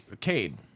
Cade